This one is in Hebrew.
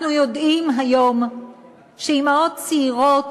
אנחנו יודעים היום שאימהות צעירות